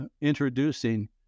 introducing